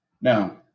Now